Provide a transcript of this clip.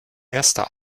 erster